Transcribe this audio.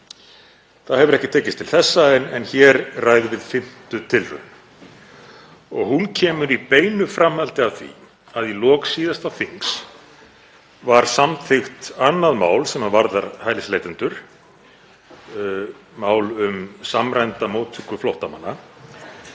Það hefur ekki tekist til þessa en hér ræðum við fimmtu tilraun. Hún kemur í beinu framhaldi af því að í lok síðasta þings var samþykkt annað mál sem varðaði hælisleitendur, mál um samræmda móttöku flóttamanna.